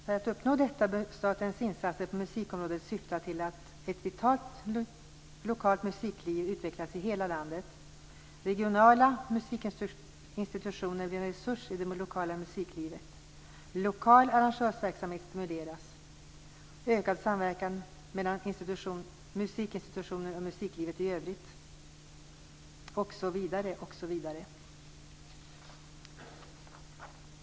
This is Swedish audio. För att uppnå detta bör statens insatser på musikområdet syfta till att - ett vitalt lokalt musikliv utvecklas i hela landet, - regionala musikinstitutioner blir en resurs i det lokala musiklivet, - ökad samverkan kommer till stånd mellan musikinstitutioner och musiklivet i övrigt -" osv.